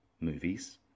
Movies